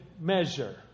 measure